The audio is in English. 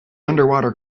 underwater